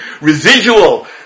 residual